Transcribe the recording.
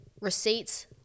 receipts